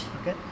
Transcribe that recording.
Okay